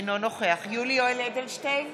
אינו נוכח יולי יואל אדלשטיין,